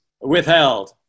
withheld